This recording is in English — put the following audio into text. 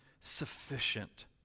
sufficient